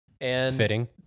Fitting